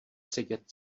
sedět